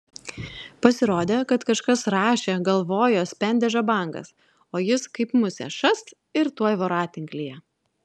pasirodė kad kažkas rašė galvojo spendė žabangas o jis kaip musė šast ir tuoj voratinklyje